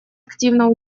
активно